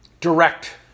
direct